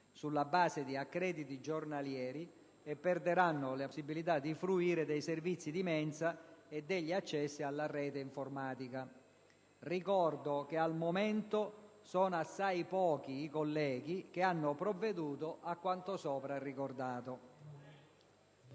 sulla base di accrediti giornalieri, e perderanno la possibilità di fruire dei servizi di mensa e degli accessi alla rete informatica. Ricordo che al momento sono assai pochi i colleghi che hanno provveduto a quanto sopra ricordato.